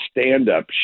stand-up